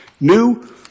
new